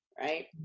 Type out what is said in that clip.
right